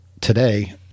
today